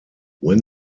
when